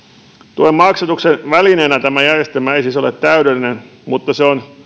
tuen maksatuksen välineenä tämä järjestelmä ei siis ole täydellinen mutta se on